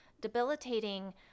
debilitating